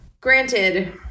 granted